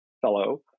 fellow